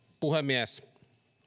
puhemies